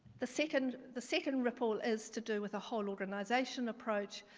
the second the second ripple is to do with the whole organization approach.